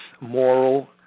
moral